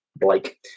Blake